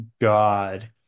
god